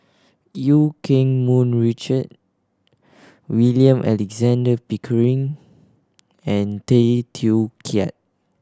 Eu Keng Mun Richard William Alexander Pickering and Tay Teow Kiat